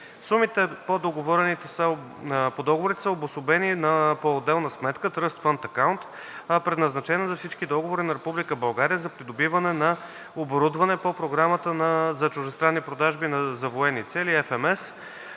Сумите по договорите са обособени по отделна сметка Trust Fund Account, предназначена за всички договори на Република България за придобиване на оборудване по Програмата за чуждестранни продажби за военни цели –